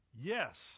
Yes